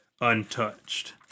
untouched